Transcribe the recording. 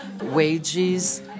wages